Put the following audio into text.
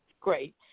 Great